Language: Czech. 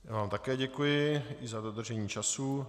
Já vám také děkuji, i za dodržení času.